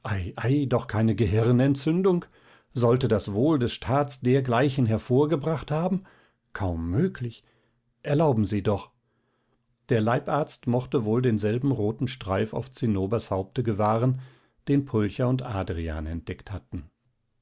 doch keine gehirnentzündung sollte das wohl des staats dergleichen hervorgebracht haben kaum möglich erlauben sie doch der leibarzt mochte wohl denselben roten streif auf zinnobers haupte gewahren den pulcher und adrian entdeckt hatten